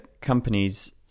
companies